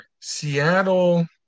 Seattle